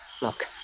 Look